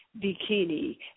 bikini